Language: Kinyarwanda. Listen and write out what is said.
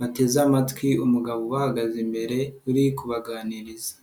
bateze amatwi, umugabo uhagaze imbere uri kubaganiriza.